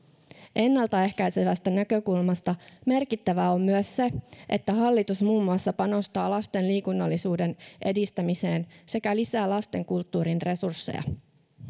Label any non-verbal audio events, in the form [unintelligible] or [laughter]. ennalta ehkäisevästä näkökulmasta merkittävää on myös se [unintelligible] [unintelligible] [unintelligible] [unintelligible] [unintelligible] [unintelligible] [unintelligible] [unintelligible] [unintelligible] että hallitus muun muassa panostaa lasten liikunnallisuuden edistämiseen sekä lisää lastenkulttuurin resursseja [unintelligible] [unintelligible] [unintelligible]